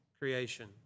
creation